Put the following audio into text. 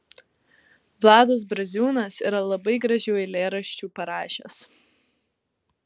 vladas braziūnas yra labai gražių eilėraščių parašęs